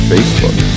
Facebook